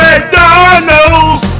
McDonald's